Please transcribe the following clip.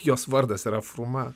jos vardas yra fruma